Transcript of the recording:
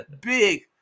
big